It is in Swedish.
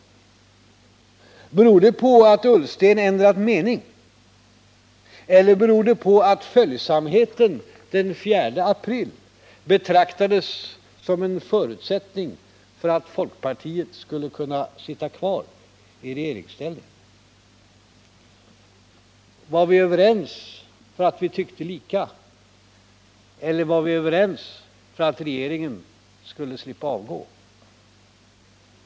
Beror det på att Ola Ullsten ändrat mening eller beror det på att följsamheten den 4 april betraktades som en förutsättning för att folkpartiet skulle kunna sitta kvar i regeringsställning? Var vi överens för att vi tyckte lika, eller var vi överens för att regeringen skulle slippa avgå?